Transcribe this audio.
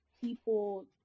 people